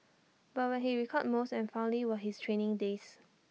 but what he recalled most and fondly were his training days